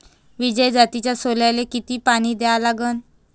विजय जातीच्या सोल्याले किती पानी द्या लागन?